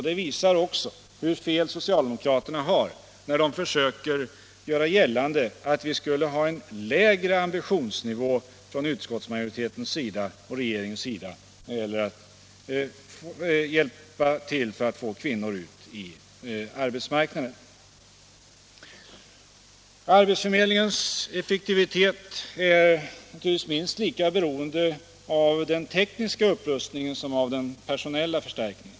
Detta visar också hur fel socialdemokraterna har när de försöker göra gällande att vi skulle ha en lägre ambitionsnivå från regeringens och utskottsmajoritetens sida när det gäller att underlätta för kvinnor som vill komma ut på arbetsmarknaden. Arbetsförmedlingens effektivitet är naturligtvis minst lika beroende av den tekniska upprustningen som av den personella förstärkningen.